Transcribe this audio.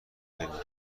غیرممکن